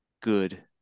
good